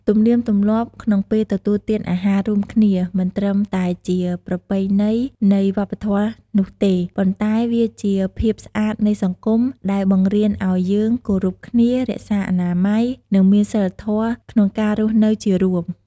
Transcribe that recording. ទំនៀមទម្លាប់ក្នុងពេលទទួលទានអាហាររួមគ្នាមិនត្រឹមតែជាប្រពៃណីនៃវប្បធម៌នោះទេ ប៉ុន្តែវាជាភាពស្អាតនៃសង្គម ដែលបង្រៀនអោយយើងគោរពគ្នា រក្សាអនាម័យ និងមានសីលធម៌ក្នុងការរស់នៅជារួម។